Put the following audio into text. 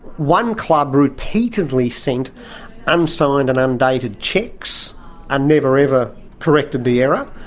one club repeatedly sent unsigned and undated cheques and never, ever corrected the error.